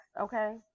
Okay